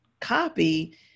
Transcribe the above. copy